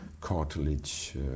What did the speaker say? cartilage